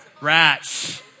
rats